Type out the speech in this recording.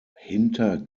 hinter